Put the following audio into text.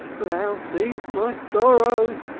thou seest my sorrows?